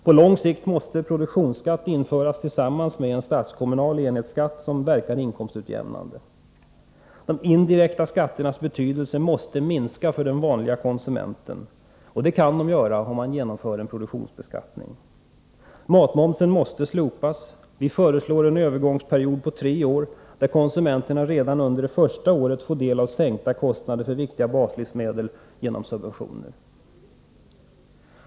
På lång sikt måste produktionsskatt införas tillsammans med en statskommunal enhetsskatt som verkar inkomstutjämnande. De indirekta skatternas betydelse måste minska för den vanlige konsumenten, vilket kan ske genom en produktionsbeskattning. Matmomsen måste slopas. Vi föreslår en övergångsperiod på tre år, där konsumenterna redan under första året får del av sänkta kostnader för viktiga baslivsmedel genom subventioner.